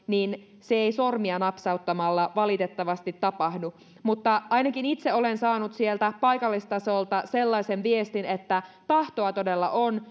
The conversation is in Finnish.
niin se ei sormia napsauttamalla valitettavasti tapahdu mutta ainakin itse olen saanut sieltä paikallistasolta sellaisen viestin että tahtoa todella on